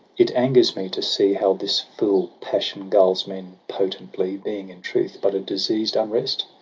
it angers me to see how this fool passion gulls men potently being, in truth, but a diseased unrest,